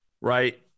right